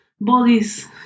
bodies